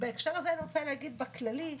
ובהקשר הזה אני רוצה להגיד בכללי,